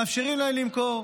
ומאפשרים להם למכור.